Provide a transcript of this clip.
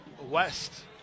West